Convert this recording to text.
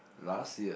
last year